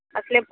అట్లే